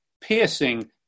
piercing